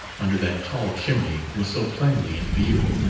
under that tall chimney, was so plainly in view.